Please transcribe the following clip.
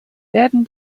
werden